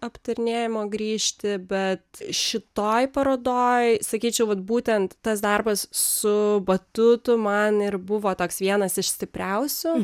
aptarinėjimo grįžti bet šitoj parodoj sakyčiau vat būtent tas darbas su batutu man ir buvo toks vienas iš stipriausių